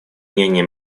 мнение